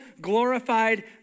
glorified